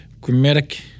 grammatic